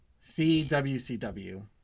CWCW